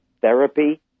therapy